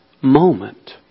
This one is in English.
moment